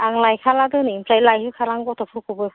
आं लायखाला दिनैनिफ्राय लायहोखालां गथ'फोरखौबो